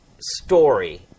story